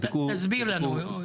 תסביר לנו.